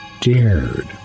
dared